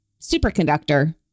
superconductor